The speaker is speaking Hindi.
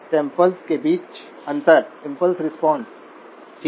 तो ID 200 μA है